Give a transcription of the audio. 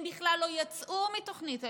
הם בכלל לא יצאו מתוכנית הלימודים,